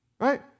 Right